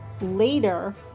later